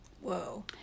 Whoa